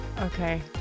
Okay